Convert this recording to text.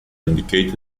indicated